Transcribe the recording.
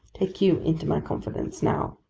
take you into my confidence now.